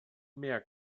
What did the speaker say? mehr